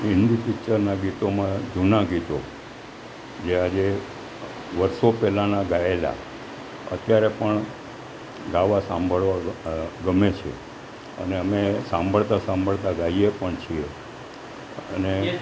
હિન્દી પિક્ચરનાં ગીતોમાં જૂનાં ગીતો જે આજે વર્ષો પહેલાંનાં ગાયેલાં અત્યારે પણ ગાવા સાંભળવા ગમે છે અને અમે સાંભળતા સાંભળતા ગાઈએ પણ છીએ અને